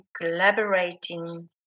collaborating